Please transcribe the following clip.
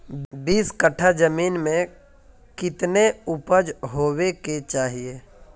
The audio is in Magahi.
बीस कट्ठा जमीन में कितने उपज होबे के चाहिए?